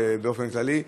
באופן כללי.